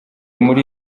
muri